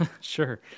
sure